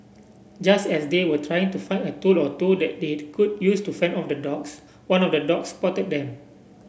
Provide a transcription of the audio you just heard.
just as they were trying to find a tool or two that they could use to fend off the dogs one of the dogs spotted them